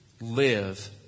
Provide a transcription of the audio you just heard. Live